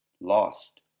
lost